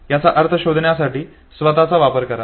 याचा अर्थ शोधण्यासाठी स्वतचा वापर करा